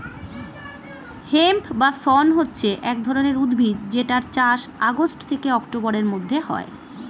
hemp বা শণ হচ্ছে এক ধরণের উদ্ভিদ যেটার চাষ আগস্ট থেকে অক্টোবরের মধ্যে হয়